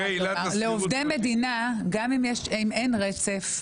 לעובדי המדינה מחשיבים את התקופות גם אם אין רצף,